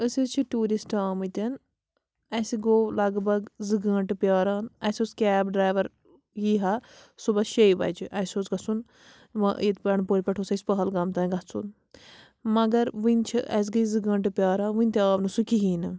أسۍ حظ چھِ ٹوٗرِسٹ آمٕتۍ اَسہِ گوٚو لگ بگ زٕ گٲنٹہٕ پیٛاران اَسہِ اوس کیب ڈرٛایوَر یی ہا صُبحس شے بَجہِ اَسہِ اوس گَژھُن وۄنۍ ییٚتہِ بنڈٕ پورِ پٮ۪ٹھ اوس اَسہِ پَہلگام تام گَژھُن مگر وٕنہِ چھِ اَسہِ گٔے زٕ گٲنٹہٕ پیٛاران وٕنہِ تہِ آو نہٕ سُہ کِہیٖنٛۍ نہٕ